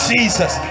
Jesus